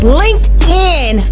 linkedin